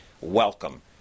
Welcome